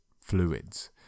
fluids